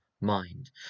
mind